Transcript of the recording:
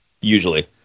usually